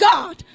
God